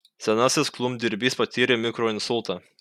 senasis klumpdirbys patyrė mikroinsultą